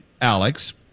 Alex